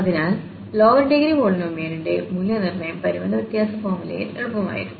അതിനാൽ lower degree പോളിനോമിയലിന്റെ മൂല്യനിർണ്ണയം പരിമിത വ്യത്യാസ ഫോർമുലയിൽ എളുപ്പമായിരുന്നു